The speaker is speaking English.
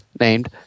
named